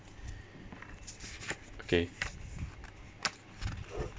okay